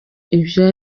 ivyo